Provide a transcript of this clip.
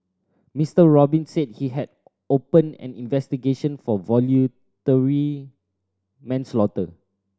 Mister Robin said he had opened an investigation for voluntary manslaughter